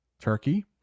Turkey